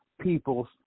people's